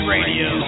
Radio